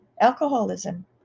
alcoholism